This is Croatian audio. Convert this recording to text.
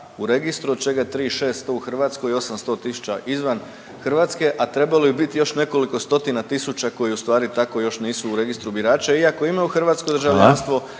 u registru, od čega je 3.600 u Hrvatskoj, 800 tisuća izvan Hrvatske, a trebalo je biti još nekoliko stotina tisuća koji u stvari tako još nisu u registru birača iako imaju hrvatsko državljanstvo